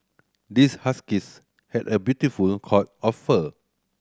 this huskies had a beautiful coat of fur